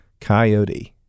Coyote